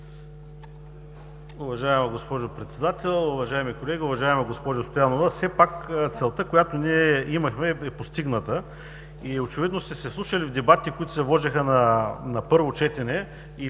Уважаема госпожо Председател, уважаеми колеги, уважаема госпожо Стоянова! Все пак целта, която ние имахме, е постигната. Очевидно сте се вслушали в дебатите, които се водиха на първо четене –